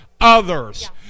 others